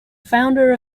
founder